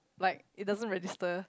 like it doesn't register